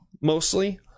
mostly